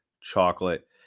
chocolate